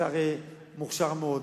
ואתה הרי מוכשר מאוד,